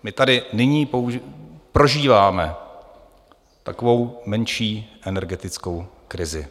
My tady nyní prožíváme takovou menší energetickou krizi.